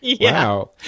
Wow